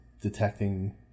detecting